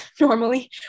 normally